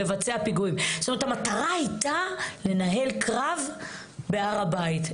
המטרה הייתה לנהל קרב בהר הבית.